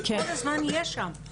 שכל הזמן יהיה שם,